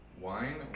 wine